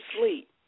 sleep